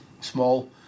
small